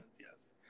yes